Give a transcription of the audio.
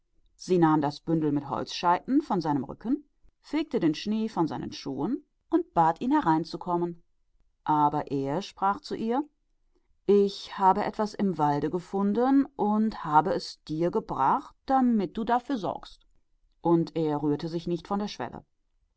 und nahm ihm das reisigbündel vom rücken und fegte den schnee von seinen stiefeln und hieß ihn hereinkommen er aber sagte zu ihr ich habe etwas im walde gefunden und es dir mitgebracht daß du dafür sorgest und er rührte sich nicht von der schwelle